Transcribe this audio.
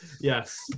Yes